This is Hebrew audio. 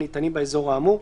הניתנים באזור האמור,